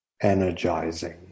energizing